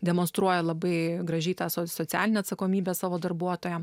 demonstruoja labai gražiai tą socialinę atsakomybę savo darbuotojams